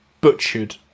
butchered